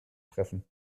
treffen